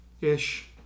Ish